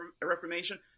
Reformation